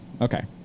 Okay